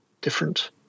different